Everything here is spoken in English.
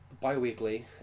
bi-weekly